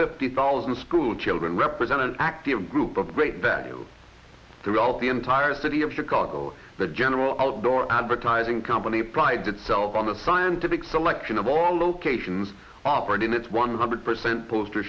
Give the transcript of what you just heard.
fifty thousand schoolchildren represent an active group of great value throughout the entire city of chicago the general outdoor advertising company prides itself on its scientific selection of all locations operating its one hundred percent oppos